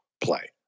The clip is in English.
play